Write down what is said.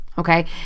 Okay